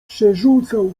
przerzucał